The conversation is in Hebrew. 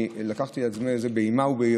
אני לקחתי את זה על עצמי באימה וביראה,